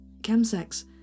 Chemsex